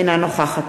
אינה נוכחת